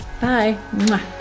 bye